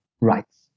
rights